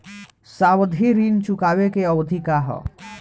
सावधि ऋण चुकावे के अवधि का ह?